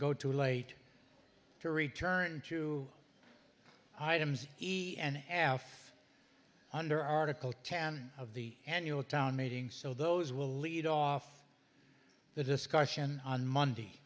go too late to return to items easy and half under article ten of the annual town meeting so those will lead off the discussion on monday